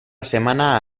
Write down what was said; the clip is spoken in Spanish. semana